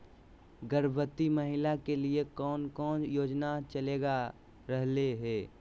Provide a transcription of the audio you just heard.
गर्भवती महिला के लिए कौन कौन योजना चलेगा रहले है?